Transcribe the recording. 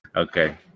Okay